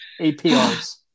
APRs